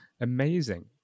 amazing